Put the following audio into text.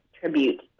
tribute